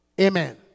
Amen